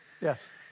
Yes